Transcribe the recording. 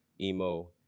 emo